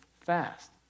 fast